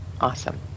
Awesome